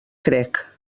crec